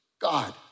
God